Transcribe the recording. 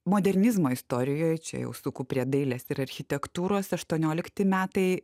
modernizmo istorijoj čia jau suku prie dailės ir architektūros aštuoniolikti metai